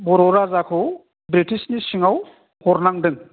बर' राजाखौ ब्रिटिशनि सिङाव हरनांदों